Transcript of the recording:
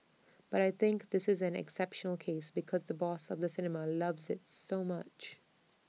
but I think this is an exceptional case because the boss of the cinema loves IT so much